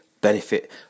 benefit